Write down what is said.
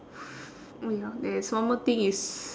oh ya there is one more thing is